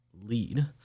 lead